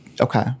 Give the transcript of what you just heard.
okay